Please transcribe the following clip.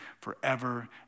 forever